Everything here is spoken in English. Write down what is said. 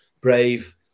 Brave